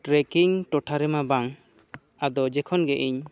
trekking ᱴᱚᱴᱷᱟ ᱨᱮᱢᱟ ᱵᱟᱝ ᱟᱫᱚ ᱡᱚᱠᱷᱚᱱ ᱜᱮ ᱤᱧ